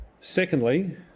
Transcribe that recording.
Secondly